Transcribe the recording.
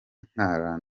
nka